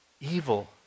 evil